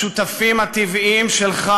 השותפים הטבעיים שלך